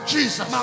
Jesus